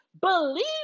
Believe